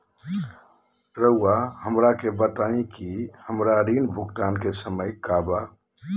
रहुआ हमरा के बताइं कि हमरा ऋण भुगतान के समय का बा?